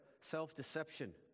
self-deception